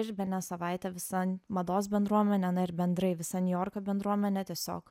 iš bene savaitę visa mados bendruomenė ir bendrai visa niujorko bendruomenė tiesiog